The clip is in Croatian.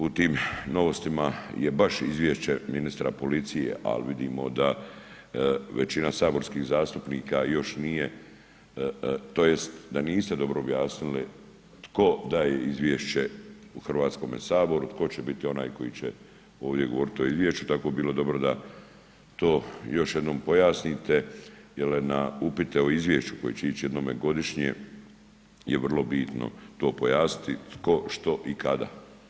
U tim novostima je baš Izvješće ministra policije, ali vidimo da većina saborskih zastupnika još nije, to jest da niste dobro objasnili tko daje Izvješće u Hrvatskome saboru, tko će biti onaj koji će ovdje govoriti o Izvješću, tako bilo bi dobro da to još jednom pojasnite, jer na upite o Izvješću koji će ići jednome godišnje, je vrlo bitno to pojasniti, tko, što i kada.